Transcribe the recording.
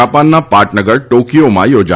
જાપાનના પાટનગર ટોકિયોમાં યોજાશે